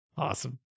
awesome